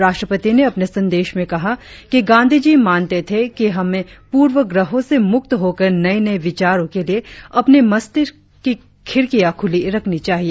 राष्ट्रपति ने अपने संदेश में कहा कि गांधीजी मानते थे कि हमे प्रर्वाग्रहो से मुक्त होकर नए नए विचारों के लिए अपने मस्तिक की खिड़कियाँ खुली रखनी चाहिए